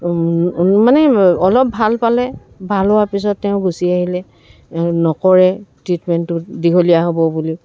মানে অলপ ভাল পালে ভাল হোৱা পিছত তেওঁ গুচি আহিলে নকৰে ট্ৰিটমেণ্টটো দীঘলীয়া হ'ব বুলি